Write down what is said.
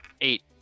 Eight